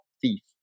thief